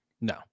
No